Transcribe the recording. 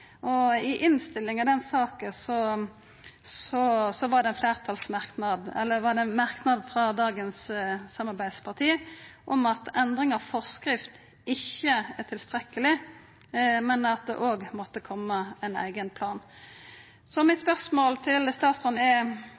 brukarane. I innstillinga til den saka var det ein merknad frå dagens samarbeidsparti om at «forskrift ikke vil være tilstrekkelig», men at det også måtte koma ein eigen plan. Så mitt spørsmål til statsråden er